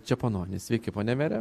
čepononis sveiki pone mere